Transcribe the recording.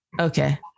okay